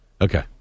Okay